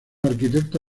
arquitecto